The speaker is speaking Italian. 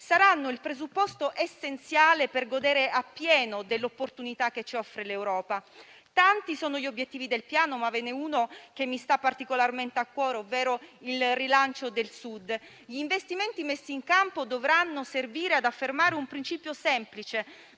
saranno il presupposto essenziale per godere a pieno dell'opportunità che ci offre l'Europa. Tanti sono gli obiettivi del Piano, ma ve ne è uno che mi sta particolarmente a cuore, ovvero il rilancio del Sud. Gli investimenti messi in campo dovranno servire ad affermare un principio semplice,